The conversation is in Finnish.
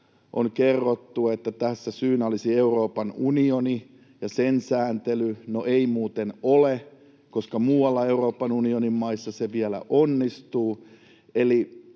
On kerrottu, että tässä syynä olisi Euroopan unioni ja sen sääntely. No, ei muuten ole, koska muualla Euroopan unionin maissa se vielä onnistuu.